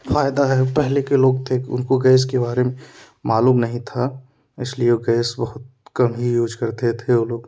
फायदा है पहले के लोग थे उनको गैस के बारे में मालूम नहीं था इसलिए वो गैस बहुत कम ही यूज करते थे वो लोग